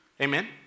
amen